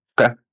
Okay